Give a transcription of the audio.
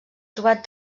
trobat